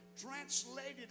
translated